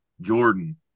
Jordan